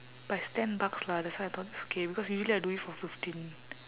but it's ten bucks lah that's why I thought it's okay because usually I do it for fifteen